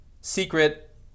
secret